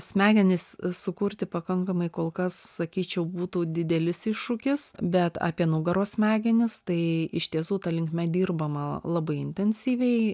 smegenis sukurti pakankamai kol kas sakyčiau būtų didelis iššūkis bet apie nugaros smegenis tai iš tiesų ta linkme dirbama labai intensyviai